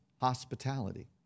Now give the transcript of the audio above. hospitality